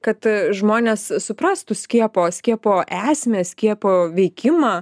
kad žmonės suprastų skiepo skiepo esmę skiepo veikimą